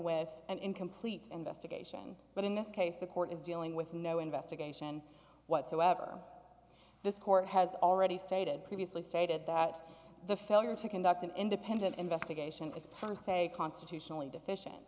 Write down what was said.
with an incomplete investigation but in this case the court is dealing with no investigation whatsoever this court has already stated previously stated that the failure to conduct an independent investigation is produce a constitutionally deficient